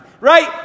right